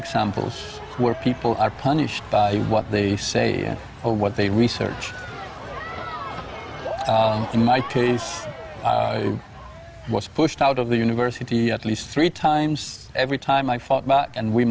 examples where people are punished by what they say and what they research in my case i was pushed out of the university at least three times every time i fought back and we